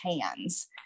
hands